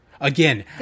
Again